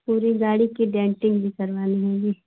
पूरी गाड़ी की डेंटिंग भी करवानी होगी